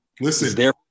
Listen